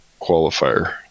qualifier